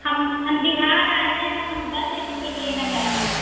हम हम बिहार आए हैं हम बस एक एक लेना चाहते हैं